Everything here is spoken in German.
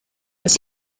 bis